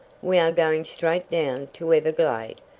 we are going straight down to everglade,